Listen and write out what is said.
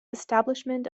establishment